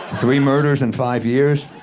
three murders in five years?